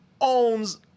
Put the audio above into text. owns